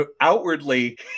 outwardly